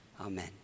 Amen